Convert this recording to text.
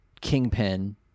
Kingpin